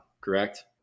correct